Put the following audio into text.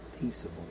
peaceable